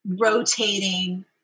rotating